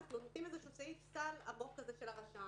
אנחנו נותנים סעיף סל עמוק של הרשם,